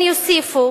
הן יוסיפו